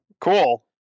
Cool